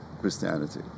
Christianity